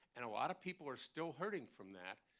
and a lot of people are still hurting from that,